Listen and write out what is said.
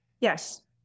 Yes